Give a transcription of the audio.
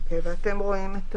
אוקיי, ואתם רואים את